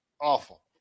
awful